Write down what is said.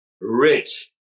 rich